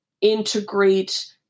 integrate